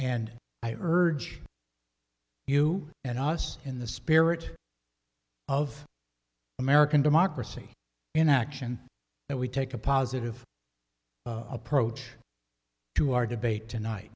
and i urge you and us in the spirit of american democracy in action that we take a positive approach to our debate tonight